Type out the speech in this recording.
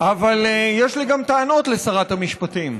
אבל יש לי גם טענות לשרת המשפטים.